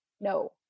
no